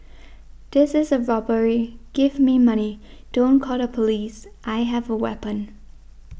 this is a robbery give me money don't call the police I have a weapon